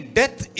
death